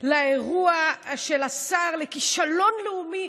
לאירוע של השר לכישלון לאומי?